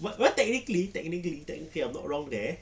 but technically technically technically I'm not wrong there